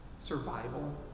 survival